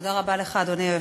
תודה רבה לך, אדוני היושב-ראש.